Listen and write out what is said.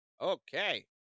Okay